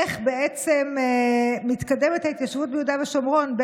איך בעצם מתקדמת ההתיישבות ביהודה ושומרון,